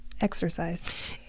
exercise